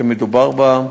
שמדובר בה,